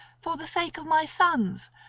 for the sake of my sons?